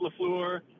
LaFleur